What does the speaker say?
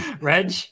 Reg